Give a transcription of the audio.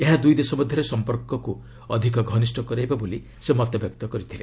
ଏହା ଦୁଇ ଦେଶ ମଧ୍ୟରେ ସମ୍ପର୍କ ଅଧିକ ଘନିଷ୍ଠ କରାଇବ ବୋଲି ସେ ମତବ୍ୟକ୍ତ କରିଛନ୍ତି